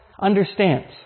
understands